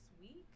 week